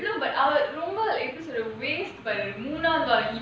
no but our remember like எப்படி சொல்றது:epdi solrathu the waist மூணாவது:moonaavathu